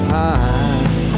time